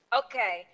okay